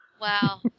Wow